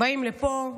באים לפה,